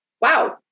Wow